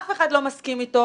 אף אחד לא מסכים איתו.